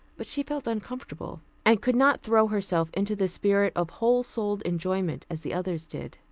but she felt uncomfortable, and could not throw herself into the spirit of whole-souled enjoyment as the others did.